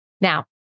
Now